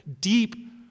deep